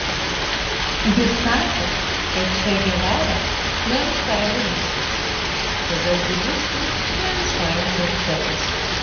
jis sakė kad če gevara ne visai budistas todėl budistui ne visai autoritetas